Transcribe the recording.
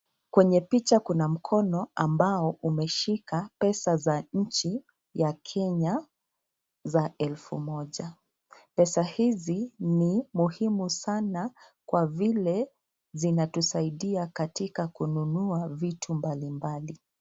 Kwenye picha kuna mkono ambao umeshika pesa za nchi ya Kenya za elfu moja. Pesa hizi ni muhimu sana kwa vile zinatusaidia katika kununua vitu mbalimbali.